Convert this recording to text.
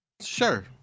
Sure